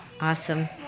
Awesome